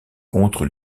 contre